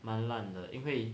蛮烂的因为